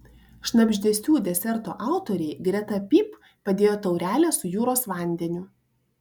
šnabždesių deserto autoriai greta pyp padėjo taurelę su jūros vandeniu